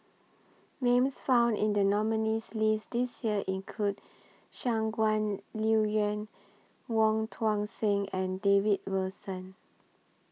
Names found in The nominees' list This Year include Shangguan Liuyun Wong Tuang Seng and David Wilson